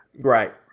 right